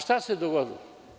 Šta se dogodilo?